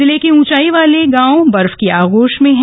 जिले के ऊंचाई वाले गांव बर्फ की आगोश में है